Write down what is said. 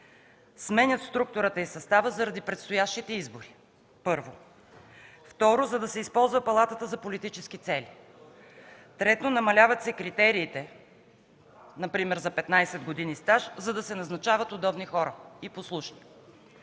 сменят структурата и състава й заради предстоящите избори – първо. Второ, за да се използва палатата за политически цели, трето – намаляват се критериите, например за 15 г. стаж, за да се назначават удобни и послушни